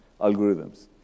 algorithms